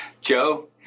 joe